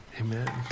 Amen